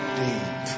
deep